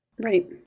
Right